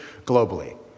globally